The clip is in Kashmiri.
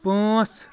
پانٛژھ